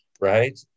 right